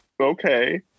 Okay